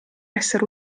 essere